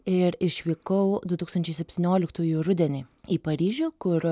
ir išvykau du tūkstančiai septynioliktųjų rudenį į paryžių kur